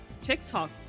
TikTok